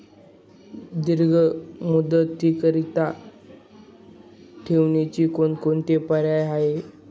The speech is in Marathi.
दीर्घ मुदतीकरीता ठेवीचे कोणकोणते पर्याय आहेत?